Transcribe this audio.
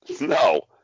No